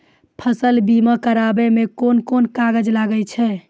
फसल बीमा कराबै मे कौन कोन कागज लागै छै?